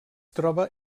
troba